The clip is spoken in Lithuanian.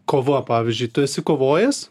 kova pavyzdžiui tu esi kovojęs